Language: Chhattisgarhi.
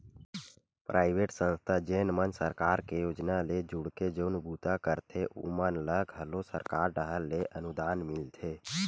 पराइवेट संस्था जेन मन सरकार के योजना ले जुड़के जउन बूता करथे ओमन ल घलो सरकार डाहर ले अनुदान मिलथे